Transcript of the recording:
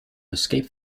escape